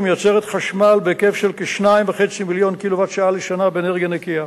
ומייצרת חשמל בהיקף של כ-2.5 מיליון קילוואט לשעה באנרגיה נקייה,